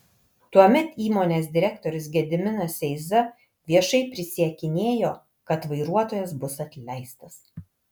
tuomet įmonės direktorius gediminas eiza viešai prisiekinėjo kad vairuotojas bus atleistas